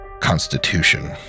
constitution